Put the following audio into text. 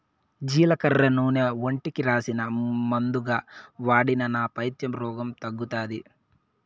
జీలకర్ర నూనె ఒంటికి రాసినా, మందుగా వాడినా నా పైత్య రోగం తగ్గుతాది